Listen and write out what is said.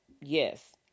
Yes